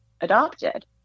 adopted